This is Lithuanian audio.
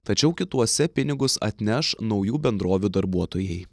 tačiau kituose pinigus atneš naujų bendrovių darbuotojai